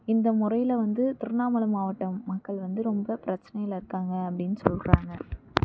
இந்த முறையில் வந்து திருவண்ணாமலை மாவட்டம் மக்கள் வந்து ரொம்ப பிரச்சனையில் இருக்காங்கள் அப்படின்னு சொல்கிறாங்க